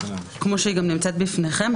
כמו שהיא גם נמצאת בפניכם,